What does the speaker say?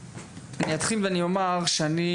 אני אתחיל ואני אומר שאני,